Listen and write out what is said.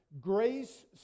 Grace